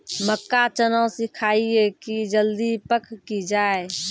मक्का चना सिखाइए कि जल्दी पक की जय?